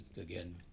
again